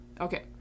Okay